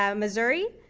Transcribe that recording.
um missouri,